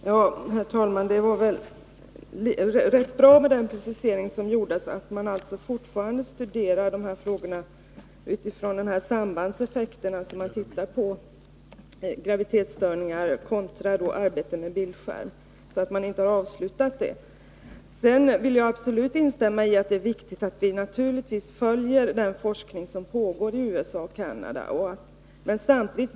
Herr talman! Det var bra med den precisering som gjordes, att man fortfarande studerar frågorna utifrån sambandseffekten, att man tittar på graviditetsstörningar kontra arbete med bildskärm och alltså inte har avslutat dessa studier. Sedan vill jag absolut instämma i att det är viktigt att vi följer den forskning som pågår i USA och Canada.